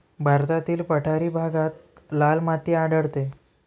भारतातील पठारी भागात लाल माती आढळते